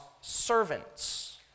servants